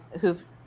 who've